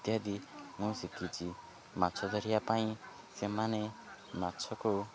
ଇତ୍ୟାଦି ମୁଁ ଶିଖିଛି ମାଛ ଧରିବା ପାଇଁ ସେମାନେ ମାଛକୁ